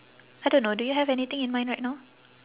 I don't know do you have anything in mind right now